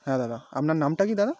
হ্যাঁ দাদা আপনার নামটা কী দাদা